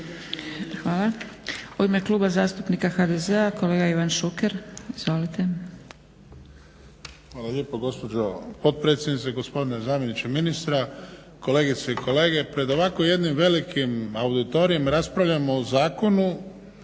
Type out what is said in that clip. Hvala. U ime Kluba zastupnika HDZ-a kolega Ivan Šuker. Izvolite. **Šuker, Ivan (HDZ)** Hvala lijepo gospođo potpredsjednice. Gospodine zamjeniče ministra, kolegice i kolege. Pred ovako jednim velikim auditorijem raspravljamo o zakonu